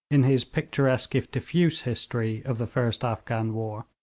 in his picturesque if diffuse history of the first afghan war,